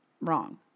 wrong